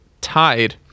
tied